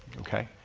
okay.